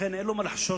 ולכן אין לו מה לחשוש,